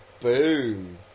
Boom